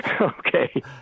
Okay